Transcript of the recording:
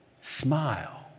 smile